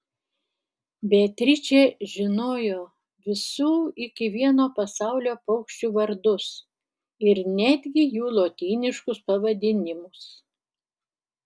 beatričė žinojo visų iki vieno pasaulio paukščių vardus ir netgi jų lotyniškus pavadinimus